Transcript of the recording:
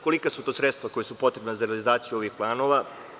Kolika su to sredstva koja su potrebna za realizaciju ovih planova?